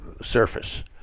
surface